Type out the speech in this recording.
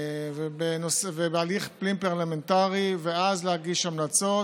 בהליך פנים-פרלמנטרי ואז להגיש המלצות.